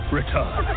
return